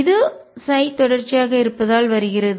இது தொடர்ச்சியாக இருப்பதால் வருகிறது